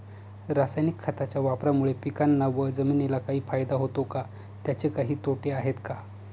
रासायनिक खताच्या वापरामुळे पिकांना व जमिनीला काही फायदा होतो का? त्याचे काही तोटे आहेत का?